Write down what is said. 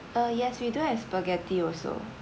uh yes we do have spaghetti also